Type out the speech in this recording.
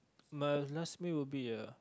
my last meal would be a